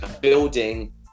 building